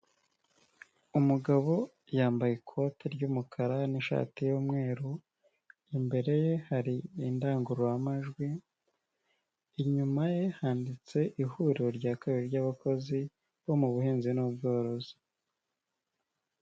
Umugabo yambaye ikote ry'umukara n'ishati y'umweru, imbere ye hari indangururamajwi, inyuma ye handitse ihuriro rya kabiri ry'abakozi bo mu Buhinzi n'Ubworozi.